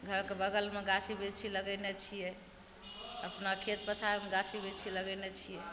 घरके बगलमे गाछी बिरछी लगेने छिए अपना खेत पथारमे गाछी बिरछी लगेने छिए